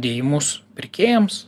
dėjimus pirkėjams